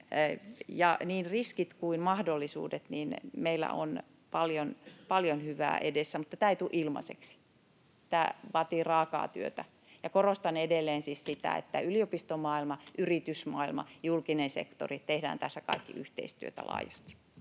niin riskit kuin mahdollisuudet, niin meillä on paljon hyvää edessä, mutta tämä ei tule ilmaiseksi. Tämä vaatii raakaa työtä. Ja korostan edelleen siis sitä, että yliopistomaailma, yritysmaailma ja julkinen sektori — tehdään tässä kaikki yhteistyötä laajasti.